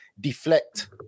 deflect